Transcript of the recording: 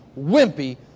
wimpy